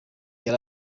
yari